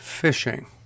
fishing